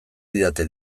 didate